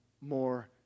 more